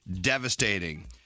devastating